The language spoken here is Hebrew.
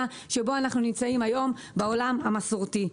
שבו אנחנו נמצאים היום בעולם המסורתי.